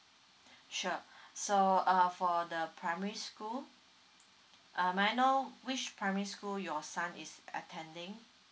sure so uh for the primary school uh may I know which primary school your son is attending